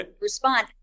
respond